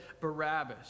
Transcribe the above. Barabbas